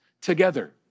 together